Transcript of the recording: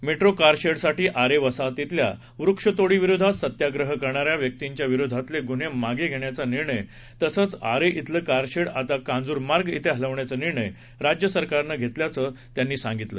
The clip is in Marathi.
मेट्रो कारशेडसाठी आरे वसाहतीतल्या वृक्षतोडीविरोधात सत्याप्रह करणाऱ्या व्यक्तींच्या विरोधातले गुन्हे मागे घेण्याचा निर्णय तसंच आरे िश्वली कारशेड आता कांजूरमार्ग िंग हलवण्याचा निर्णय राज्य सरकारनं घेतल्याचं त्यांनी सांगितलं